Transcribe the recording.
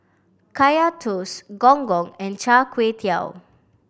Kaya Toast Gong Gong and Char Kway Teow